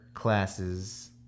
classes